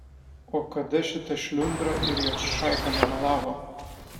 o kada šita šliundra ir jos šaika nemelavo